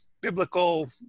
biblical